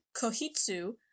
Kohitsu